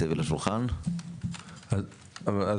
מה